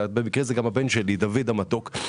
דוד המתוק.